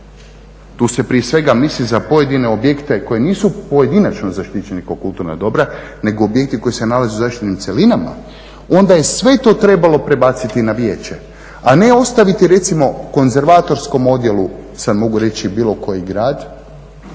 tu se prije svega misli za pojedine objekte koji nisu pojedinačno zaštićeni kao kulturna dobra nego objekti koji se nalaze u zaštitnim cjelinama, onda je sve to trebalo prebaciti na vijeće, a ne ostaviti recimo konzervatorskom odjelu, sad mogu reći bilo koji grad,